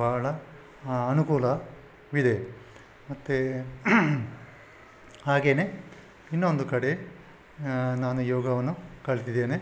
ಭಾಳ ಅನುಕೂಲವಿದೆ ಮತ್ತೆ ಹಾಗೆಯೇ ಇನ್ನೊಂದು ಕಡೆ ನಾನು ಯೋಗವನ್ನು ಕಲ್ತಿದ್ದೇನೆ